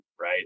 Right